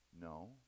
No